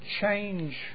change